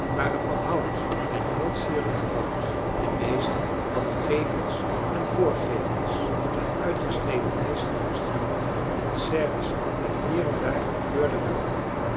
waren van hout en heel sierlijk gebouwd de meeste hadden gevels en voorgevels met uitgesneden lijsten versierd en serres met hier en daar gekleurde ruiten